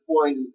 point